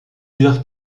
dire